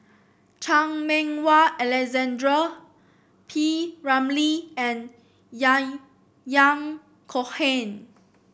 Chan Meng Wah Alexander P Ramlee and Yahya Cohen